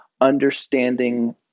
understanding